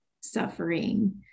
suffering